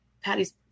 Patty's